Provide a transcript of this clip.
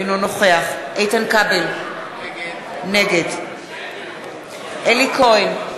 אינו נוכח איתן כבל, נגד אלי כהן,